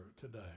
today